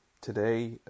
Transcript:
today